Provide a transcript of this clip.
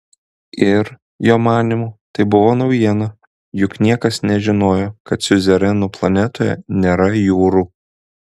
ir jo manymu tai buvo naujiena juk niekas nežinojo kad siuzerenų planetoje nėra jūrų